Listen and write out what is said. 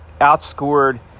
outscored